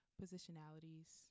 positionalities